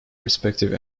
respective